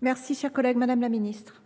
La parole est à Mme la ministre.